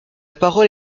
parole